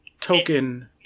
token